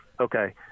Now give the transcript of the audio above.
okay